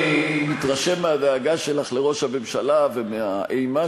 אני מתרשם מהדאגה שלך לראש הממשלה ומהאימה